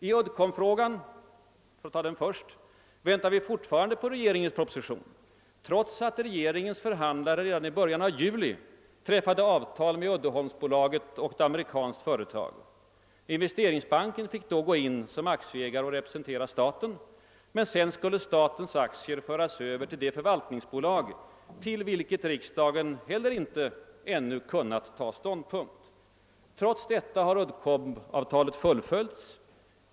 I Uddcombfrågan — för att ta den först — väntar vi fortfarande på regeringens proposition, trots att dess förhandlare redan i början av juli träffade avtal med Uddeholmsbolaget och ett amerikanskt företag. Investeringsbanken fick då gå in som aktieägare och representera staten, men sedan skul le statens aktier föras över till det förvaltningsbolag, till vilket riksdagen heller inte ännu kunnat ta ståndpunkt. Trots detta har Uddcombavtalet fullföljts.